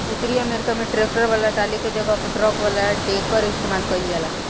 उतरी अमेरिका में ट्रैक्टर वाला टाली के जगह पर ट्रक वाला डेकर इस्तेमाल कईल जाला